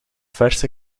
verse